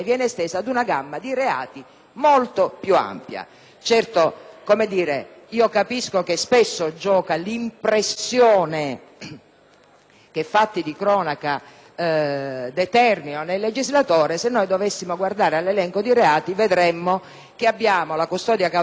molto più ampia. Certo, capisco che spesso gioca l'impressione che i fatti di cronaca determinano nel legislatore: se noi dovessimo guardare l'elenco di reati, vedremmo che esso comprende la custodia cautelare in carcere obbligatoria